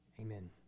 Amen